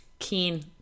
Keen